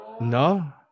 No